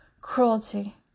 Cruelty